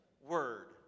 word